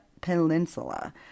Peninsula